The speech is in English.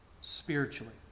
spiritually